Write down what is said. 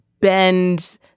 bend